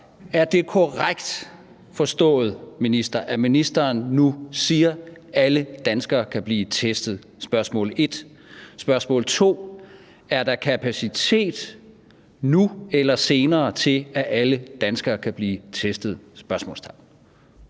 Er det korrekt forstået, minister, at ministeren nu siger: Alle danskere kan blive testet? Spørgsmål 2: Er der kapacitet nu eller senere til, at alle danskere kan blive testet? Kl.